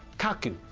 kaku,